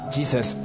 Jesus